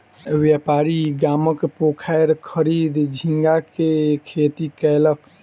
व्यापारी गामक पोखैर खरीद झींगा के खेती कयलक